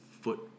foot